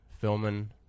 filming